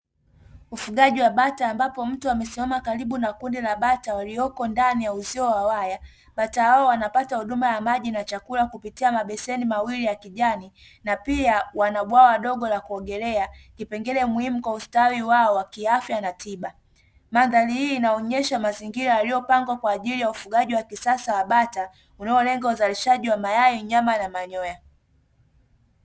Ufugaji wa bata ambapo mtu amesimama karibu na kundi la bata walioko ndani ya uzio wa waya. Bata hao wanapata huduma ya maji na chakula kupitia mabeseni mawili ya kijani, na pia wana bwawa dogo la kuogelea; kipengele muhimu kwa ustawi wao wa kiafya na tiba. Mandhari hii inaonyesha mazingira yaliyopangwa kwa ajili ya ufugaji wa kisasa wa bata, unaolenga uzalishaji wa mayai, nyama na manyoya.